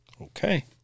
Okay